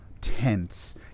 tense